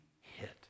hit